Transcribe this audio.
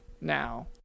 now